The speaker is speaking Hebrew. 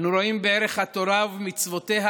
אנו רואים בערך התורה ומצוותיה